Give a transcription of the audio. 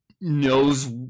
knows